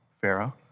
Pharaoh